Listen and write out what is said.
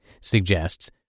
suggests